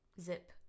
Zip